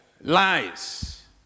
lies